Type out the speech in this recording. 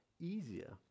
easier